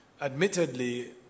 Admittedly